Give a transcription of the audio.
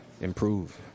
improve